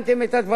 הבעיה היא